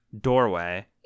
doorway